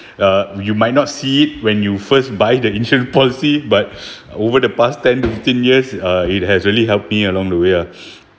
uh you might not see it when you first buy the insurance policy but over the past ten fifteen years uh it has really helped me along the way ah